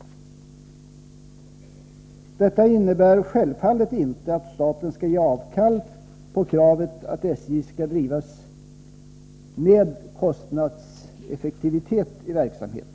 Detta innebär självfallet inte att staten skall ge avkall på kravet att SJ skall drivas med kostnadseffektivitet i verksamheten.